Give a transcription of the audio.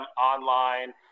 online